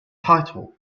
title